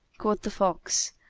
quoth the fox,